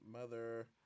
mother